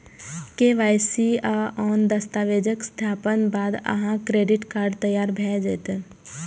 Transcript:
KYC आ आन दस्तावेजक सत्यापनक बाद अहांक क्रेडिट कार्ड तैयार भए जायत